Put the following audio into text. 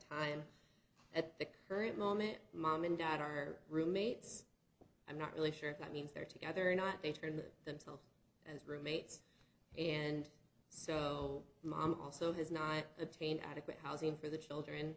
time at the current moment mom and dad are roommates i'm not really sure if that means they're together or not they turn them to as roommates and so mom also has not obtained adequate housing for the children